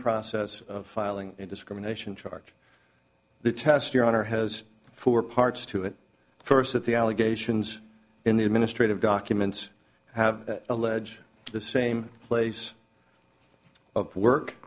process of filing discrimination charge the test your honor has four parts to it first that the allegations in the administrative documents have allege the same place of